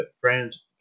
friends